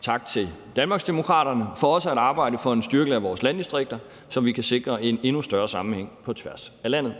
Tak til Danmarksdemokraterne for også at arbejde for en styrkelse af vores landdistrikter, så vi kan sikre en endnu større sammenhæng på tværs af landet.